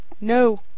No